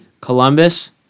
Columbus